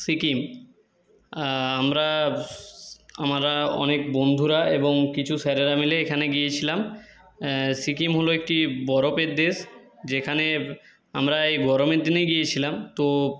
সিকিম আমরা আমারা অনেক বন্ধুরা এবং কিছু স্যারেরা মিলে এখানে গিয়েছিলাম সিকিম হল একটি বরফের দেশ যেখানে আমরা এই গরমের দিনেই গিয়েছিলাম তো